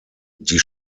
die